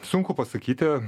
sunku pasakyti